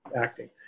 acting